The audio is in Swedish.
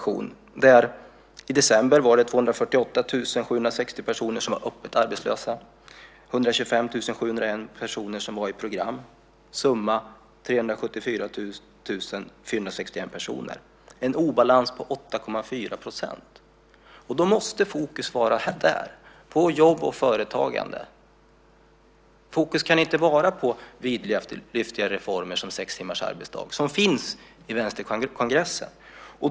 I december var det 248 760 personer som var öppet arbetslösa och 125 701 personer som var i program. Summan blir 374 461 personer - en obalans på 8,4 %. Då måste fokus vara där, på jobb och företagande. Fokus kan inte vara på vidlyftiga reformer som sex timmars arbetsdag - som sades på Vänsterkongressen.